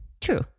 True